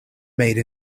made